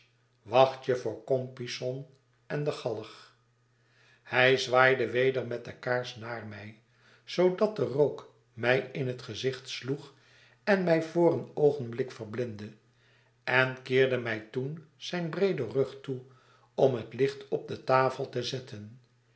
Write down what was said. wacht je voor compeyson endegalg hij zwaaide weder met de kaars naar mij zoodat de rook mij in het gezicht sloeg en mij voor een oogenblik verblindde en keerde mij toen zijn breeden rug toe om het licht op de tafel te zetten